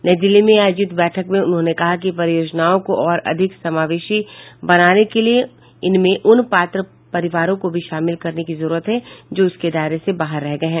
नई दिल्ली में आयोजित बैठक में उन्होंने कहा कि इन परियोजनाओं को और अधिक समावेशी बनाने के लिए इनमें उन पात्र परिवारों को भी शामिल करने की जरूरत है जो इसके दायरे से बाहर रह गये हैं